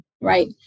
right